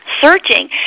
searching